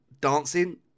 dancing